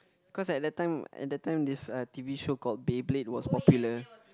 cause at that time at that time this uh t_v show called Beyblade was popular